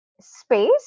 space